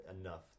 enough